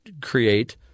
create